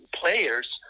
players